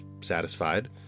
satisfied